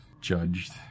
judged